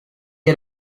had